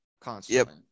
constantly